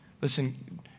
Listen